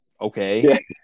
Okay